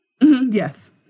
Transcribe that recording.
Yes